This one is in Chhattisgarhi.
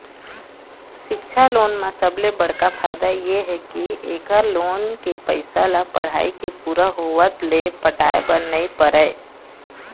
सिक्छा लोन म सबले बड़का फायदा ए हे के एखर लोन के पइसा ल पढ़ाई के पूरा होवत ले पटाए बर नइ परय